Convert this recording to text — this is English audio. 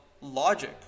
logic